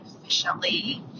efficiently